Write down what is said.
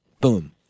Boom